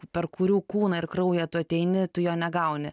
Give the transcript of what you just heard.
per kurių kūną ir kraują tu ateini tu jo negauni